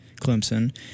Clemson